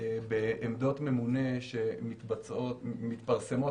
בעמדות ממונה שמתפרסמות.